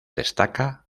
destaca